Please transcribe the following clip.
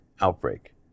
outbreak